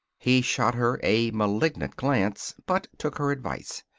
he shot her a malignant glance, but took her advice.